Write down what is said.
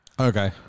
Okay